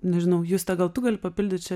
nežinau juste gal tu gali papildyt čia